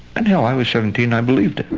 and hell, i was seventeen, i believed it.